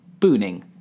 booning